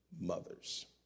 mothers